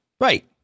Right